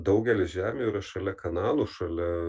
daugelis žemių yra šalia kanalų šalia